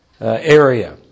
area